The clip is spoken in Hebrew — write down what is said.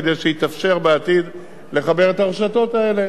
כדי שיתאפשר בעתיד לחבר את הרשתות האלה.